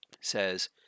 says